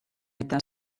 eta